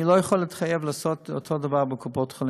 אני לא יכול להתחייב לעשות אותו דבר בקופות-חולים,